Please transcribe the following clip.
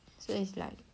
so it's like